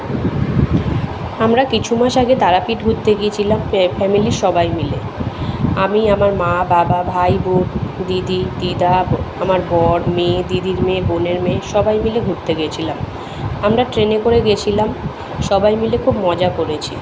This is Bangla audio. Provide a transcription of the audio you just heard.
আমরা কিছু মাস আগে তারাপীঠ ঘুরতে গিয়েছিলাম ফ্যামিলির সবাই মিলে আমি আমার মা বাবা ভাই বোন দিদি দিদা আমার বর মেয়ে দিদির মেয়ে বোনের মেয়ে সবাই মিলে ঘুরতে গিয়েছিলাম আমরা ট্রেনে করে গেছিলাম সবাই মিলে খুব মজা করেছি